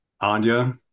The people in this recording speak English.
Anya